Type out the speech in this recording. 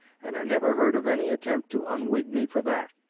and i never heard of any attempt to unwhig me for that.